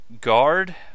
guard